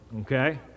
Okay